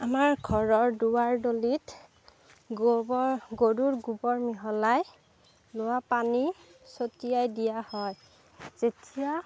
আমাৰ ঘৰৰ দুৱাৰডলিত গোবৰ গৰুৰ গোবৰ মিহলাই লোৱা পানী ছটিয়াই দিয়া হয় যেতিয়া